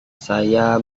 saya